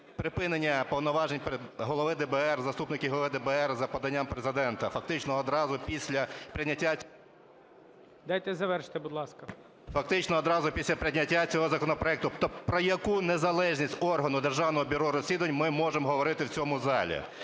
припинення повноважень голови ДБР, заступників Голови ДБР, за поданням Президента. Фактично, одразу після прийняття… ГОЛОВУЮЧИЙ. Дайте завершити, будь ласка. БАТЕНКО Т.І. Фактично, одразу після прийняття цього законопроекту про яку незалежність органу Державного бюро розслідувань ми можемо говорити в цьому залі?